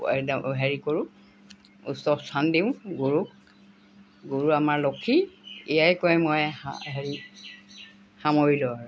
হেৰি কৰোঁ উচ্চ স্থান দিওঁ গুৰুক গুৰু আমাৰ লক্ষী এয়াই কয় মই হেৰি সামৰিলো আৰু